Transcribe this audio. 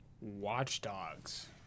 Watchdogs